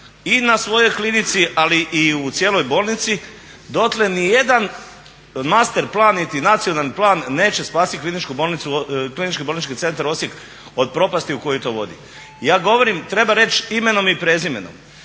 i na svojoj klinici, ali i u cijeloj bolnici dotle ni jedan master plan niti nacionalni plan neće spasiti Klinički bolnički centar Osijek od propasti u koji to vodi. Ja govorim, treba reći imenom i prezimenom